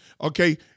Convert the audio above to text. Okay